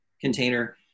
container